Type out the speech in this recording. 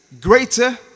greater